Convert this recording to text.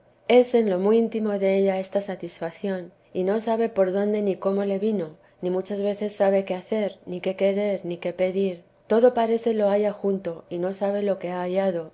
es en lo muy intimo de ella esta satisfacción y no sabe por dónde ni cómo le vino ni muchas veces sabe qué hacer ni qué querer ni qué pedir todo parece lo halla junto y no sabe lo que ha hallado